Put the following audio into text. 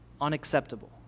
unacceptable